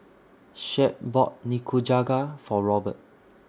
Shep bought Nikujaga For Robert